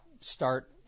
start